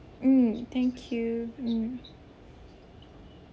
mm thank you hmm